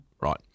Right